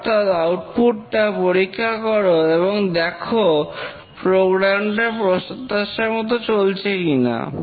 অর্থাৎ আউটপুট টা পরীক্ষা করো এবং দেখো প্রোগ্রাম টা প্রত্যাশামতো চলছে কিনা